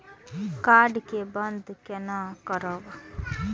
Card के बन्द केना करब?